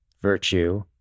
virtue